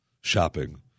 shopping